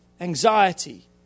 anxiety